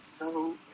no